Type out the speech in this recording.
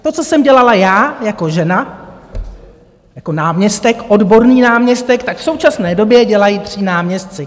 To, co jsem dělala já jako žena, jako náměstek, odborný náměstek, tak v současné době dělají tři náměstci.